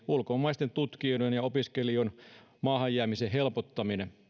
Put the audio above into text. ulkomaisten tutkijoiden ja opiskelijoiden maahan jäämisen helpottaminen